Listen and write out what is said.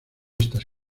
estas